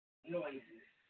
noises